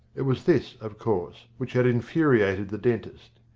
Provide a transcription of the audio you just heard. it was this, of course, which had infuriated the dentist.